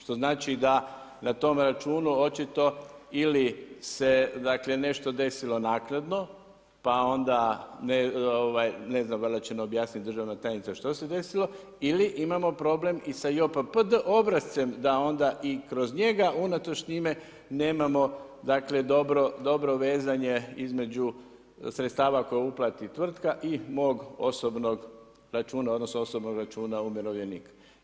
Što znači da na tom računu očito ili se, dakle nešto desilo naknadno pa onda ne znam valjda će nam objasniti državna tajnica što se desilo ili imamo problem i sa JOPPD obrascem da onda i kroz njega unatoč njime nemamo, dakle dobro vezanje između sredstava koje uplati tvrtka i mog osobnog računa, odnosno osobnog računa umirovljenika.